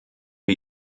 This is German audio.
wir